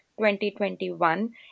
2021